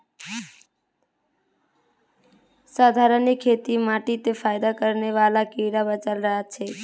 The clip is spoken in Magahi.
संधारणीय खेती माटीत फयदा करने बाला कीड़ाक बचाए राखछेक